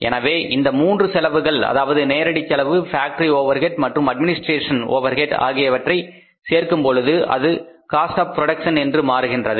எனவே இந்த மூன்று செலவுகள் அதாவது நேரடி செலவு ஃபேக்டரி ஓவர்ஹெட்ஸ் மற்றும் அட்மினிஸ்ட்ரேஷன் ஓவர்ஹெட்ஸ் ஆகியவற்றை சேர்க்கும் பொழுது அது காஸ்ட் ஆஃ புரோடக்சன் என்றும் மாறுகின்றது